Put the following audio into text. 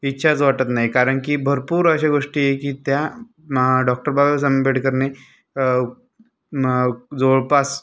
इच्छाच वाटत नाही कारण की भरपूर अशा गोष्टी आहे की त्या डॉक्टर बाबासाहेब आंबेडकरने जवळपास